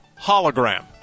hologram